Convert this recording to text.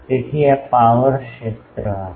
તેથી આ પાવર ક્ષેત્ર હશે